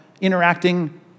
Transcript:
interacting